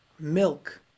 Milk